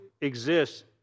exists